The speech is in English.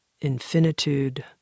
infinitude